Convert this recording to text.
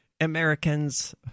Americans